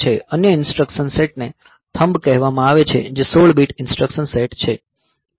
અન્ય ઈન્સ્ટ્રકશન સેટને થમ્બ કહેવામાં આવે છે જે 16 બીટ ઈન્સ્ટ્રકશન સેટ છે